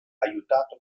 aiutato